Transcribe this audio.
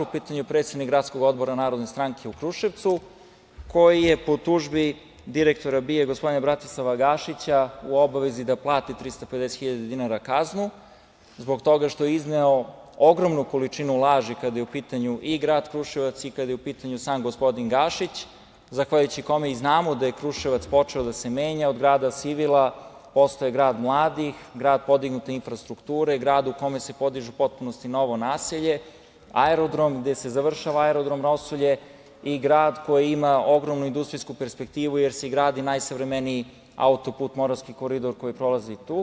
U pitanju je predsednik gradskog odbora Narodne stranke u Kruševcu koji je po tužbi direktora BIA Bratislava Gašića u obavezi da plati 350 hiljada dinara kaznu zbog toga što je izneo ogromnu količinu laži kada je u pitanju i grad Kruševac i kada je u pitanju sam gospodin Gašić, zahvaljujući i kome znamo da je Kruševac počeo da se menja, od grada sivila postao je grad mladih, grad podignute infrastrukture, grad u kome se podiže u potpunosti novo naselje, aerodrom, gde se završava Aerodrom „Rosulje“ i grad koji ima ogromnu industrijsku perspektivu, jer se gradi najsavremeniji autoput Moravski koridor koji prolazi tu.